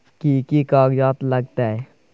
कि कि कागजात लागतै?